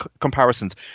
comparisons